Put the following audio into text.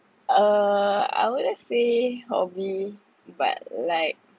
uh I wouldn't say hobby but like